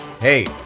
Hey